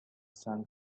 sun